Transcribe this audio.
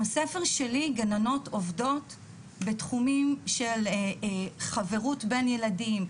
עם הספר שלי גננות עובדות בתחומים של חברות בין ילדים,